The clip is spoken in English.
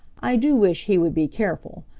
i do wish he would be careful.